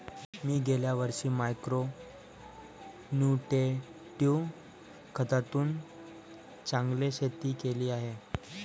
मी गेल्या वर्षी micro nutritive खतातून चांगले शेती केली आहे